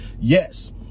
Yes